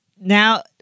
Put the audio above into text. now